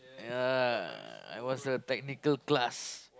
uh I was a technical class